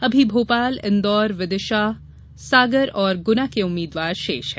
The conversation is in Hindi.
अभी भोपाल इंदौर विदिशा सागर और गुना के उम्मीद्वार शेष हैं